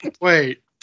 Wait